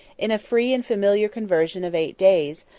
in a free and familiar conversation of eight days,